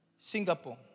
Singapore